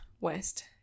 West